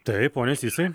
taip pone sysai